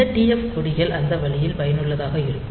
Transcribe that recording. இந்த TF கொடிகள் அந்த வழியில் பயனுள்ளதாக இருக்கும்